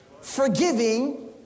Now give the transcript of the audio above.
Forgiving